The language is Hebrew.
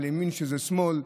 על ימין שהוא שמאל,